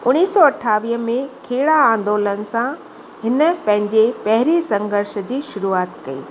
उणिवीह सौ अठावीह में खेड़ा आंदोलन सां हिन पंहिंजे पहिरिएं संघर्ष जी शुरूआति कई